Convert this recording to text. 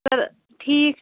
سَر ٹھیٖک